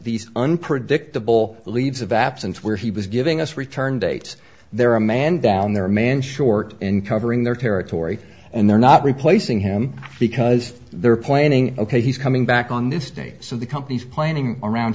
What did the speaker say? these unpredictable leaves of absence where he was giving us return dates there are a man down there man short in covering their territory and they're not replacing him because they're planning ok he's coming back on this date so the company's planning around